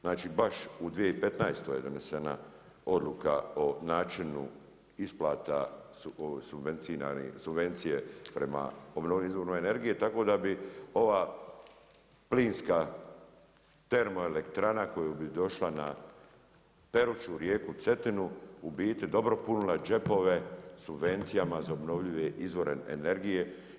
Znači baš u 2015. je donesena odluka o načinu isplata subvencije prema obnovljivim izvorima energije, tako da bi ova plinska termoelektrana koja bi došla na Peruču rijeku Cetinu u biti dobro punila džepove subvencijama za obnovljive izvore energije.